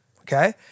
Okay